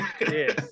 Yes